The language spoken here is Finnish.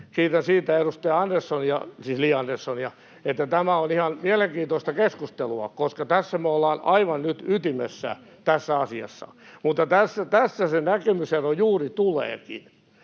kiitän siitä edustaja Li Anderssonia, että tämä on ihan mielenkiintoista keskustelua, koska tässä me ollaan nyt aivan ytimessä tässä asiassa. Mutta tässä se näkemysero juuri tuleekin.